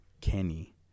Kenny